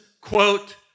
quote